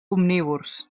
omnívors